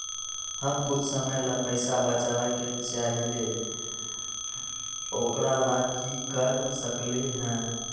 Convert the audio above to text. हम कुछ समय ला पैसा बचाबे के चाहईले ओकरा ला की कर सकली ह?